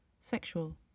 sexual